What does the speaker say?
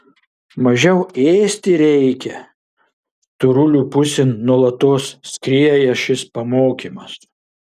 mažiau ėsti reikia storulių pusėn nuolatos skrieja šis pamokymas